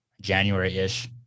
January-ish